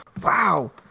wow